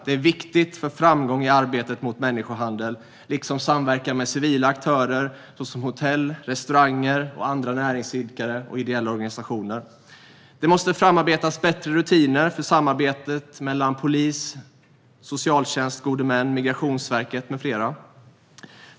Det är viktigt för framgång i arbetet mot människohandel, liksom samverkan med civila aktörer såsom hotell, restauranger och andra näringsidkare och ideella organisationer. Det måste framarbetas bättre rutiner för samarbetet mellan polis, socialtjänst, gode män, Migrationsverket med flera.